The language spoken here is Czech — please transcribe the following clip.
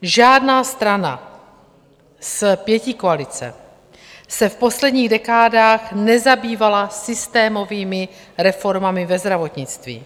Žádná strana z pětikoalice se v posledních dekádách nezabývala systémovými reformami ve zdravotnictví.